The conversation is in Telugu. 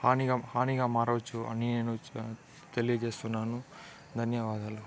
హానిగా హానిగా మారవచ్చు అని నేను తెలియజేస్తున్నాను ధన్యవాదాలు